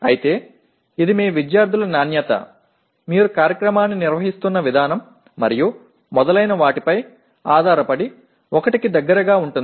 అయితే ఇది మీ విద్యార్థుల నాణ్యత మీరు కార్యక్రమాన్ని నిర్వహిస్తున్న విధానం మరియు మొదలైన వాటిపై ఆధారపడి 1 కి దగ్గరగా ఉంటుంది